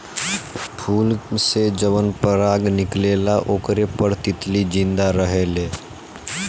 फूल से जवन पराग निकलेला ओकरे पर तितली जिंदा रहेले